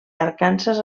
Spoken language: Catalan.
arkansas